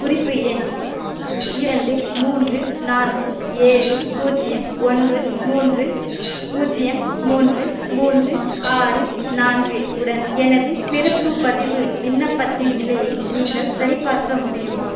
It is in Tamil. குறிப்பு எண் இரண்டு மூன்று நான்கு ஏழு பூஜ்யம் ஒன்று மூன்று பூஜ்யம் மூன்று மூன்று ஆறு நான்கு உடன் எனது பிறப்பு பதிவு விண்ணப்பத்தின் நிலையை நீங்கள் சரிபார்க்க முடியுமா